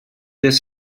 this